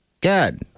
Good